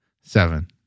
Seven